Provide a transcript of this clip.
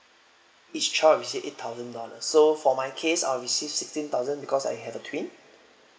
each child you said eight thousand dollar so for my case I'll receive sixteen thousand because I have a twin